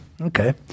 Okay